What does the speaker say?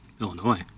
Illinois